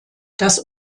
das